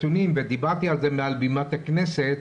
ודיברתי על זה מעל בימת הכנסת,